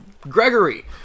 Gregory